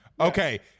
Okay